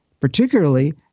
particularly